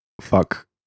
fuck